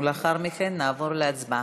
ולאחר מכן נעבור להצבעה.